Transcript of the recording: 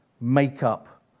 makeup